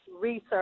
research